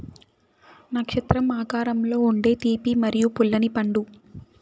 నక్షత్రం ఆకారంలో ఉండే తీపి మరియు పుల్లని పండు